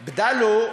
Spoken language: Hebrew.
לא.